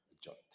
joint